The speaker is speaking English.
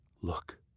Look